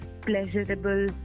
pleasurable